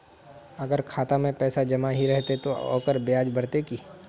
अगर खाता में पैसा जमा ही रहते ते ओकर ब्याज बढ़ते की?